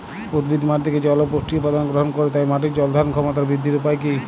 উদ্ভিদ মাটি থেকে জল ও পুষ্টি উপাদান গ্রহণ করে তাই মাটির জল ধারণ ক্ষমতার বৃদ্ধির উপায় কী?